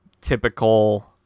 typical